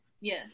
Yes